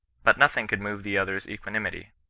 but nothing could move the other's equanimity.